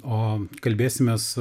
o kalbėsimės